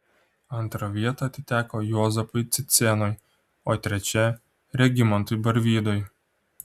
antra vieta atiteko juozapui cicėnui o trečia regimantui barvydui